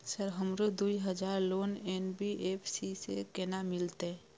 Sir हमरो दूय हजार लोन एन.बी.एफ.सी से केना मिलते?